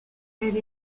elle